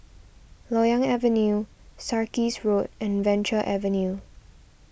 Loyang Avenue Sarkies Road and Venture Avenue